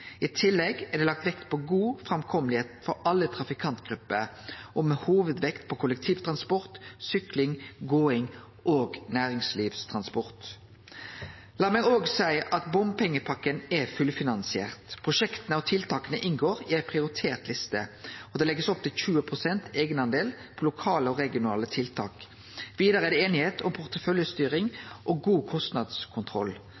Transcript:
I tillegg er det lagt vekt på god framkome for alle trafikantgrupper, og med hovudvekt på kollektivtransport, sykling, gåing og næringslivstransport. La meg òg seie at bompengepakka er fullfinansiert. Prosjekta og tiltaka inngår i ei prioritert liste, og det blir lagt opp til 20 pst. eigendel på lokale og regionale tiltak. Vidare er det einigheit om